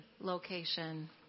location